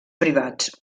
privats